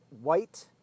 white